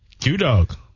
Q-Dog